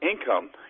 income